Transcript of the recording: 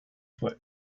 foot